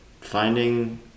finding